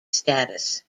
status